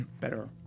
better